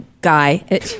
guy